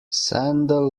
sandel